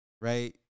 Right